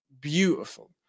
Beautiful